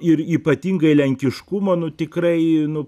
ir ypatingai lenkiškumo nu tikrai nu